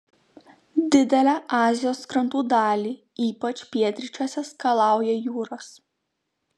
didelę azijos krantų dalį ypač pietryčiuose skalauja jūros